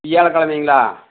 வியாழக்கெழமைங்களா